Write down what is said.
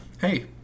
hey